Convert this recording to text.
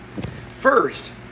First